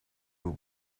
will